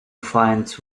finds